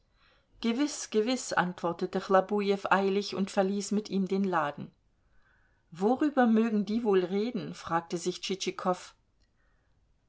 gewiß gewiß antwortete chlobujew eilig und verließ mit ihm den laden worüber mögen die wohl reden fragte sich